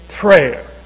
prayer